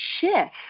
shift